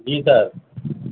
جی سر